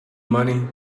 money